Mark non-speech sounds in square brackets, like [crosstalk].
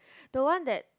[breath] the one that